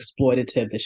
exploitative